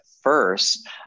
first